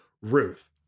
Ruth